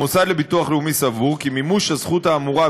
המוסד לביטוח לאומי סבור כי מימוש הזכות האמורה,